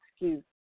excuse